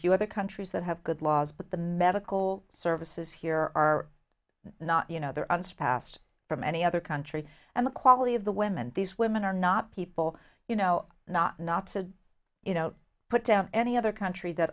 few other countries that have good laws but the medical services here are not you know there unsurpassed from any other country and the quality of the women these women are not people you know not not to you know put down any other country that